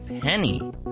Penny